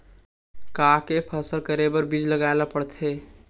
का के फसल करे बर बीज लगाए ला पड़थे?